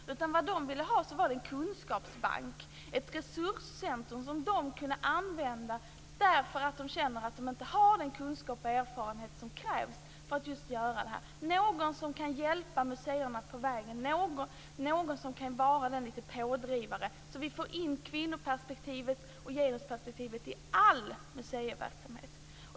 Det de ville ha var en kunskapsbank - ett resurscentrum som de kunde använda därför att de känner att de inte har den kunskap och erfarenhet som krävs. Det behövs någon som kan hjälpa museerna på vägen och vara lite pådrivande, så att vi får in kvinnoperspektivet och genusperspektivet i all museiverksamhet.